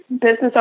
business